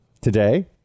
today